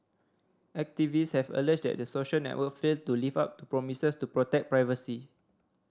activists have alleged that the social network failed to live up to promises to protect privacy